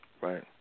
Right